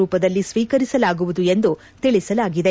ರೂಪದಲ್ಲಿ ಸ್ವೀಕರಿಸಲಾಗುವುದು ಎಂದು ತಿಳಿಸಲಾಗಿದೆ